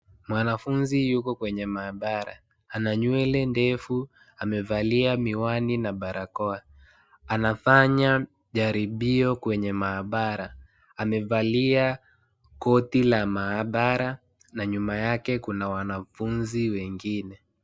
Mwanafunzi yuko kwenye maabala, ana nywele ndefu, amevalia miwani na barakoa, anafanya jaribio kwenye maabala, amevalia koti la maabala na nyuma yake kuna wanafunzi wengine.